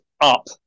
up